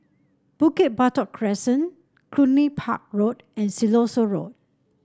Bukit Batok Crescent Cluny Park Road and Siloso Road